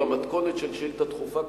במתכונת של שאילתא דחופה,